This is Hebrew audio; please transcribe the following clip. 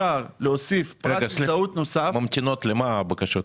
למה ממתינות הבקשות?